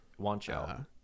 Juancho